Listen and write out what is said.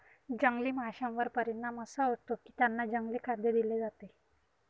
जंगली माशांवर परिणाम असा होतो की त्यांना जंगली खाद्य दिले जाते